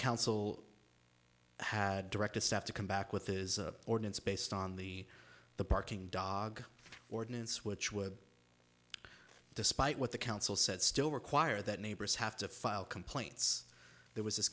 council had directed staff to come back with is ordinance based on the the parking dog ordinance which would despite what the council said still require that neighbors have to file complaints there was this